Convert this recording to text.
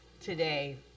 today